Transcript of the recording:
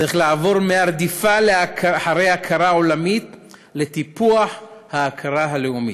צריך לעבור מהרדיפה אחרי הכרה עולמית לטיפוח ההכרה הלאומית.